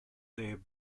their